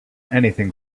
anything